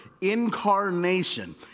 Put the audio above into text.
incarnation